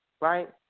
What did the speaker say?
right